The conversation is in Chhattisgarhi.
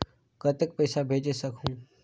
कतेक पइसा भेज सकहुं?